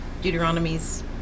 Deuteronomy's